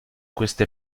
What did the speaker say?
queste